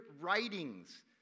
writings